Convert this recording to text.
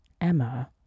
Emma